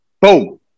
Boom